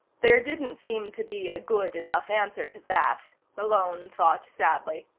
there didn't seem to be a good enough answer to that, malone thought sadly.